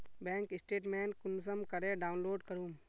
Bank statement कुंसम करे download करूम?